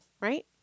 right